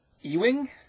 Ewing